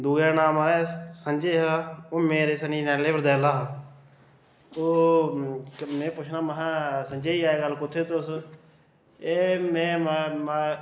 दूआ दा नांऽ महाराज संजय हा ओह् मेरे सनें नैह्ले पर दैह्ला हा ओह् मैं पुच्छना महां संजय जी अजज्कल कुत्थै ओ तुस एह् में माए